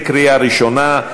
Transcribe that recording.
קריאה ראשונה.